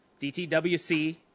DTWC